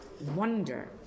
wonder